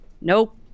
nope